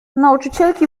nauczycielki